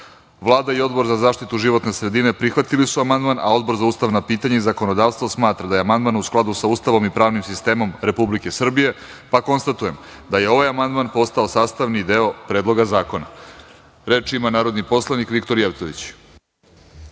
i Odbor za zaštitu životne sredine prihvatili su amandman, a Odbor za ustavna pitanja i zakonodavstvo smatra da je amandman u skladu sa Ustavom i pravnim sistemom Republike Srbije, pa konstatujem da je ovaj amandman postao sastavni deo Predloga zakona. Reč ima narodni poslanik Viktor Jevtović.